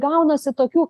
gaunasi tokių